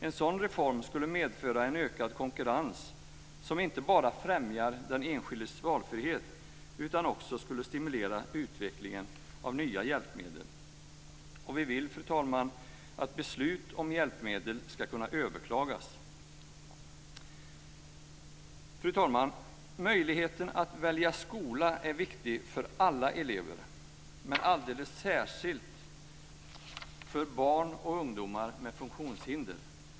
En sådan reform skulle medföra en ökad konkurrens som inte bara främjar den enskildes valfrihet utan också skulle stimulera utvecklingen av nya hjälpmedel. Vi vill, fru talman, att beslut om hjälpmedel ska kunna överklagas. Fru talman! Möjligheten att välja skola är viktig för alla elever, men alldeles särskilt för barn och ungdomar med funktionshinder.